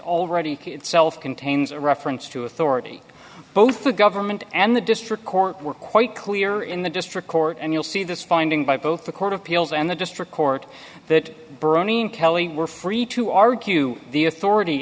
already itself contains a reference to authority both the government and the district court were quite clear in the district court and you'll see this finding by both the court of appeals and the district court that browning kelly were free to argue the authority